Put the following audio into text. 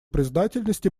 признательность